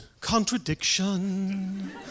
contradiction